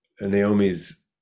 naomi's